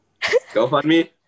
GoFundMe